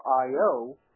IO